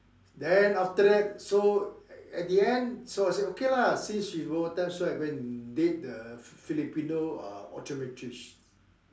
then after that so at end then so I say okay lah since she over time so I go and date the Filipino uh optometrist